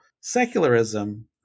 secularism